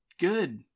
good